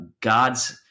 god's